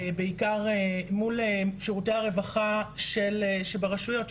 בעיקר מול שירותי הרווחה של הרשויות,